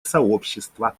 сообщества